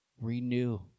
renew